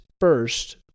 first